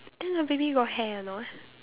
then the baby got hair or not